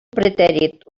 pretèrit